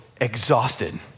exhausted